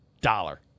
Dollar